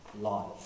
life